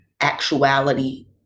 actuality